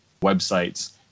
websites